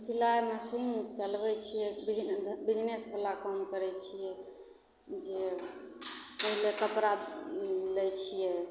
सिलाइ मशीन चलबय छियै बिजनेसवला काम करय छियै जे ओइ लए कपड़ा लै छियै